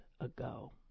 ago